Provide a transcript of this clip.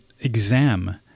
exam